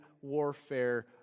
warfare